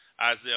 Isaiah